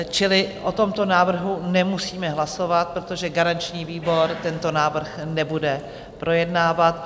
Čili o tomto návrhu nemusíme hlasovat, protože garanční výbor tento návrh nebude projednávat.